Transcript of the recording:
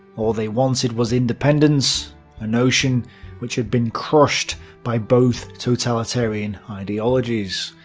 all they wanted was independence a notion which had been crushed by both totalitarian ideologies.